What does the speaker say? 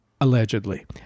allegedly